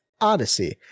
Odyssey